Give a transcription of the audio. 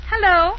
Hello